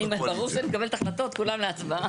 אני, ברור שאני מקבלת החלטה, כולם להצבעה.